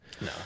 no